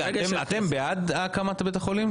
רגע, אתם בעד הקמת בית החולים?